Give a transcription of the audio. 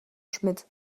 schmidt